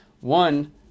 One